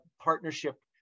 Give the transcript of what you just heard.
partnership